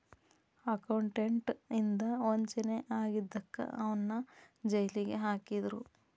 accountant ಇಂದಾ ವಂಚನೆ ಆಗಿದಕ್ಕ ಅವನ್ನ್ ಜೈಲಿಗ್ ಹಾಕಿದ್ರು